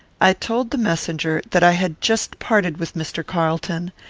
i told the messenger that i had just parted with mr. carlton,